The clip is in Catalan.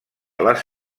les